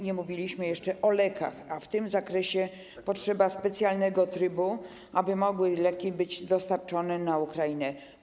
Nie mówiliśmy jeszcze o lekach, a w tym zakresie potrzeba specjalnego trybu, aby leki mogły być dostarczone na Ukrainę.